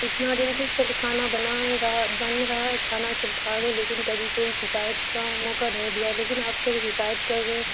اتنا دن سے سر کھانا بنا رہا بن رہا کھانا سب کھا رہے لیکن کبھی کوئی شکایت کا موقع نہیں دیا لیکن آپ شر شکایت کر رہے ہیں